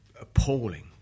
appalling